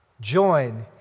join